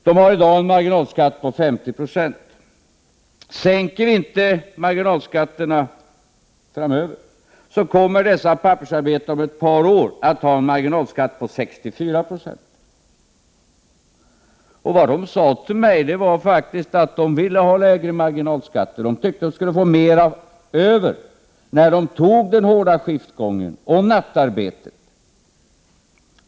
De har i dag en marginalskatt på 50 90. Sänker vi inte marginalskatterna framöver kommer dessa pappersarbetare om ett par år att ha en marginalskatt på 64 I. Vad de sade till mig var faktiskt att de ville ha lägre marginalskatter. De tyckte att de skulle få mer över när de tog den hårda skiftgången och nattarbetet.